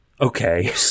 okay